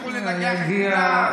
תמשיכו לנגח את כולם.